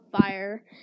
Fire